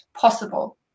possible